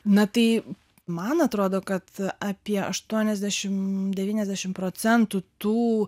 na tai man atrodo kad apie aštuoniasdešimt devyniasdešimt procentų tų